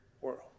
world